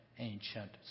ancient